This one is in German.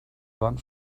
wand